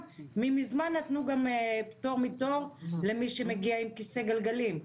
ומזמן נתנו את הפטור מתור למי שמגיע בכיסא גלגלים,